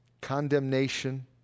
condemnation